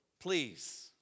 Please